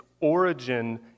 origin